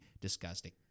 disgusting